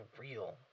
real